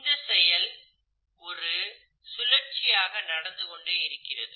இந்த செயல் ஒரு சுழற்சியாக நடந்து கொண்டே இருக்கிறது